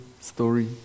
Story